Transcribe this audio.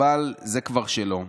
אבל זה כבר שלו.